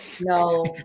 no